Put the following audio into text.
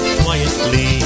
quietly